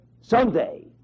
someday